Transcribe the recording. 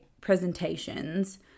presentations